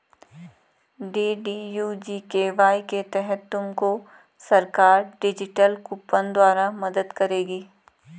DDU GKY के तहत तुमको सरकार डिजिटल कूपन द्वारा मदद करेगी